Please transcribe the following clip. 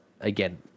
again